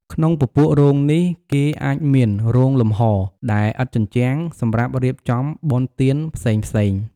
ក្នុងពពួករោងនេះគេអាចមាន “រោងលំហ” ដែលឥតជញ្ជាំង សម្រាប់រៀបចំបុណ្យទានផ្សេងៗ។